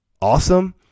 awesome